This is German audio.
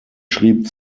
schrieb